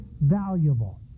valuable